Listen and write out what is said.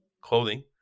clothing